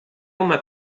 uma